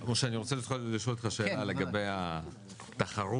היום אנחנו כבר הכנו תוכנית שבמקום לחכות